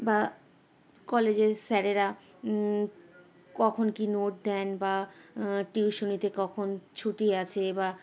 বা কলেজের স্যারেরা কখন কি নোট দেন বা টিউশনিতে কখন ছুটি আছে বা